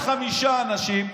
כבר חמישה אנשים.